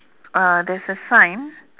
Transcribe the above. uh there's a sign